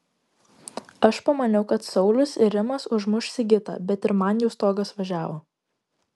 aš pamaniau kad saulius ir rimas užmuš sigitą bet ir man jau stogas važiavo